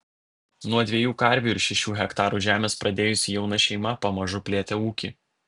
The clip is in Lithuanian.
nuo dviejų karvių ir šešių hektarų žemės pradėjusi jauna šeima pamažu plėtė ūkį